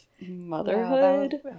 motherhood